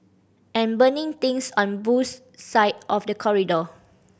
and burning things on Boo's side of the corridor